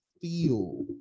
feel